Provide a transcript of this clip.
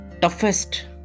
toughest